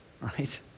right